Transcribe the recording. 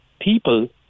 people